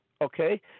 Okay